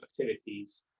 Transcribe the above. activities